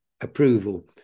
approval